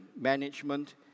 management